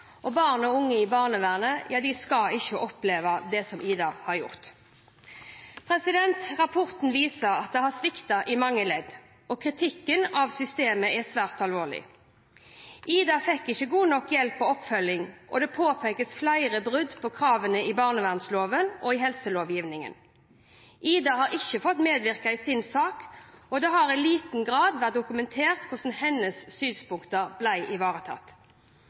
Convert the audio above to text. Barn og unge i barnevernet skal ikke oppleve det «Ida» har gjort. Rapporten viser at det har sviktet i mange ledd, og kritikken av systemet er svært alvorlig. «Ida» fikk ikke god nok hjelp og oppfølging, og det påpekes flere brudd på kravene i barnevernsloven og i helselovgivningen. «Ida» har ikke fått medvirke i sin sak, og det har i liten grad vært dokumentert hvordan hennes synspunkter ble ivaretatt.